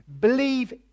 believe